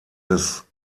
des